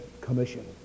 commission